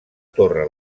torre